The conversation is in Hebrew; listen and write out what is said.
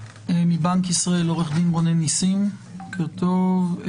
מבנק ישראל עורך הדין רונן ניסים, בוקר טוב.